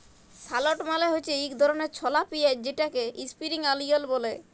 shallot মালে হছে ইক ধরলের ছলা পিয়াঁইজ যেটাকে ইস্প্রিং অলিয়াল ব্যলে